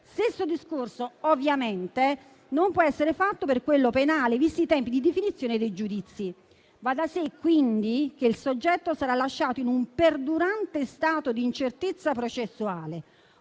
stesso discorso, ovviamente, non può essere fatto per quello penale, visti i tempi di definizione dei giudizi. Va da sé, quindi, che il soggetto sarà lasciato in un perdurante stato di incertezza processuale.